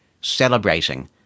celebrating